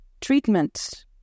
treatment